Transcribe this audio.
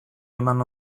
eman